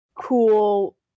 cool